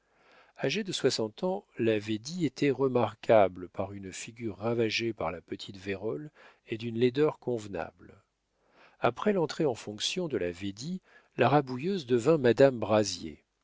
agée de soixante ans la védie était remarquable par une figure ravagée par la petite vérole et d'une laideur convenable après l'entrée en fonctions de la védie la rabouilleuse devint madame brazier